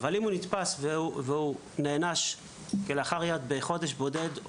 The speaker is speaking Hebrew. אבל אם הוא נתפס ונענש רק בחודש אחד או